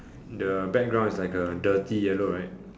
the background is like a dirty yellow right